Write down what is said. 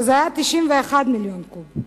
שהיה 91 מיליון קוב.